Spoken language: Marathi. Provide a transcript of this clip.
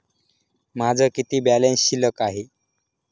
माझा किती बॅलन्स शिल्लक आहे?